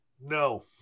No